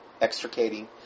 extricating